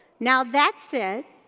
now that said,